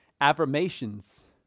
affirmations